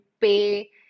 pay